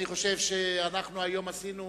אני חושב שאנחנו עשינו